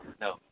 No